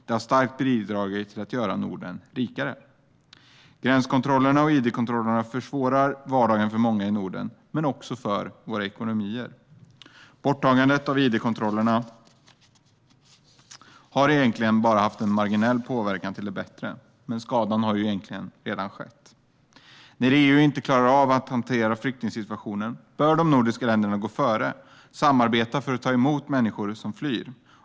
Det har starkt bidragit till att göra Norden rikare. Gränskontrollerna och id-kontrollerna försvårar vardagen för många i Norden men också för våra ekonomier. Borttagandet av idkontrollerna har egentligen bara haft en marginell påverkan till det bättre. Skadan har redan skett. När EU inte klarar av att hantera flyktingsituationen bör de nordiska länderna gå före och samarbeta för att ta emot människorna som flyr.